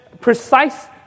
precise